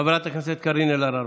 חברת הכנסת קארין אלהרר,